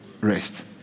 rest